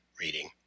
reading